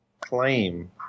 claim